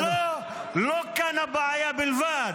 אבל לא כאן הבעיה בלבד,